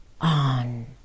on